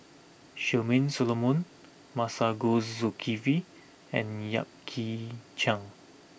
Charmaine Solomon Masagos Zulkifli and Yap Ee Chian